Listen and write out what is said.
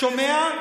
שומע?